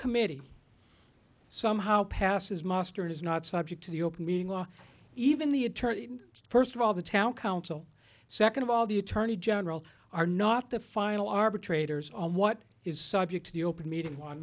committee somehow passes muster and is not subject to the open meeting law even the attorney first of all the town council second of all the attorney general are not the final arbitrators on what is subject to the open meeting on